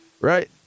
Right